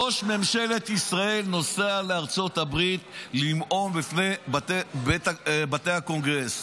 ראש ממשלת ישראל נוסע לארצות הברית לנאום בפני בתי הקונגרס.